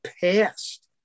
past